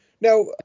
Now